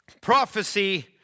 prophecy